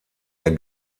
der